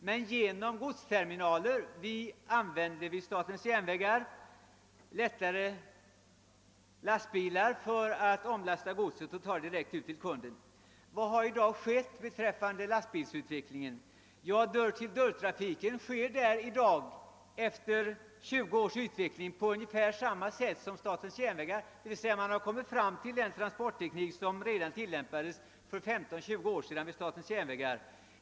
Vi använde vid statens järnvägar godsterminaler och lätta lastbilar för att omlasta godset och föra det direkt från kund till kund. Vilken utveckling har då skett beträffande lastbilstrafiken? Jo, dörr-till-dörrtrafiken försiggår i dag, efter 20 års utveckling, på ungefär samma sätt som vid statens järnvägar, d.v.s. man har kommit fram till den transportteknik som redan för 15—20 år sedan tillämpades vid statens järnvägar.